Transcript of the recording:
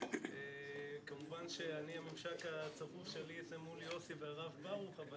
כמובן שהממשק שלי זה מול יוסי והרב ברוך,